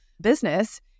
business